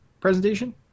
presentation